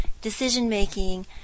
decision-making